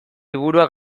liburua